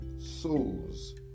souls